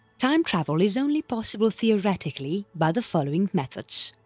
time travel is only possible theoretically by the following methods